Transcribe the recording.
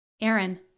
Aaron